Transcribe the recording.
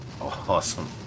Awesome